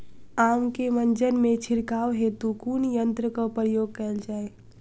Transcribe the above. आम केँ मंजर मे छिड़काव हेतु कुन यंत्रक प्रयोग कैल जाय?